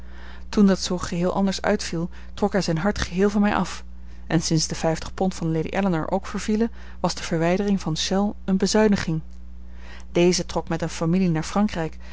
toen dat zoo geheel anders uitviel trok hij zijn hart geheel van mij af en sinds de vijftig pond van lady ellinor ook vervielen was de verwijdering van chelles eene bezuiniging deze trok met eene familie naar frankrijk